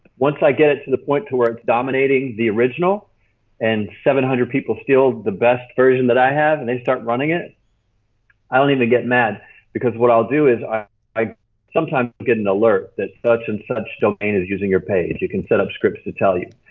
once i get it to the point to where it's dominating the original and seven hundred people steal the best version that i have and they start running it i don't even get mad because what i'll do is i i sometimes i get an alert that such and such domain is using your page. you can set up scripts to tell you.